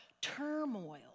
turmoil